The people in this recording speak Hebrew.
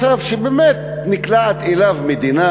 מצב שבאמת נקלעת אליו מדינה.